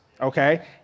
okay